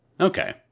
okay